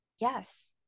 yes